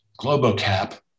GloboCAP